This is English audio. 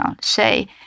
say